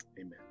amen